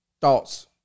thoughts